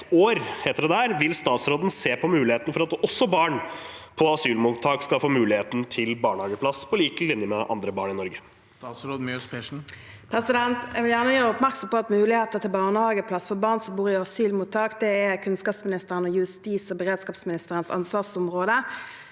ett år. Vil statsråden se på muligheten for at også barn på asylmottak skal få muligheten til barnehageplass, på lik linje med andre barn i Norge? Statsråd Marte Mjøs Persen Jeg vil gjer- ne gjøre oppmerksom på at muligheten til barnehageplass for barn som bor i asylmottak, er kunnskapsministerens og justis- og beredskapsministerens ansvarsområde.